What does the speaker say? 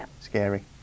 scary